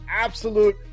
absolute